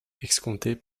escompté